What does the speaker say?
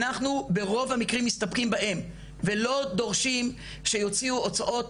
אנחנו ברוב המקרים מסתפקים בהם ולא דורשים שיוציאו הוצאות